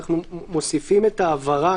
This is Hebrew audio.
אנחנו מוסיפים את ההבהרה